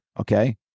Okay